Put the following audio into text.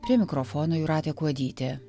prie mikrofono jūratė kuodytė